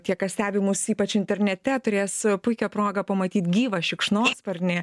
tie kas stebi mus ypač internete turės puikią progą pamatyt gyvą šikšnosparnį